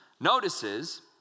notices